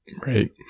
Right